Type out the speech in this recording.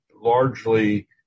largely